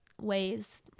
ways